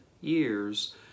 years